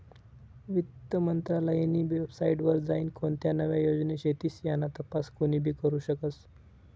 वित्त मंत्रालयनी वेबसाईट वर जाईन कोणत्या नव्या योजना शेतीस याना तपास कोनीबी करु शकस